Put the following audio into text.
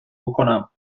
بکنم